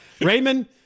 Raymond